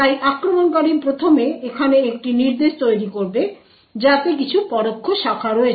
তাই আক্রমণকারী প্রথমে এখানে একটি নির্দেশ তৈরি করবে যাতে কিছু পরোক্ষ শাখা রয়েছে